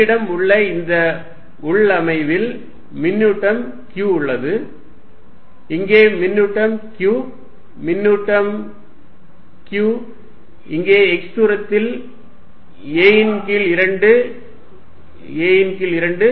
என்னிடம் உள்ள இந்த உள்ளமையில் மின்னூட்டம் Q உள்ளது இங்கே மின்னூட்டம் Q மின்னூட்டம் q இங்கே x தூரத்தில் a ன் கீழ் 2 a ன் கீழ் 2